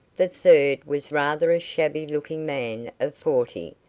the third was rather a shabby-looking man of forty,